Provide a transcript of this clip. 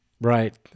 Right